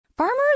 Farmers